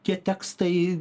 tie tekstai